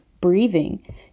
breathing